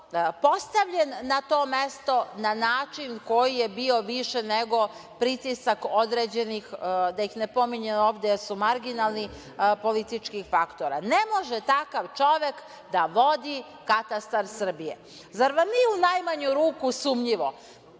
postavljen na to mesto na način koji je bio više nego pritisak određenih, da ih ne pominjem ovde jer su marginalni, političkih faktora. Ne može takav čovek da vodi katastar Srbije. Zar nije u najmanju ruku sumnjivo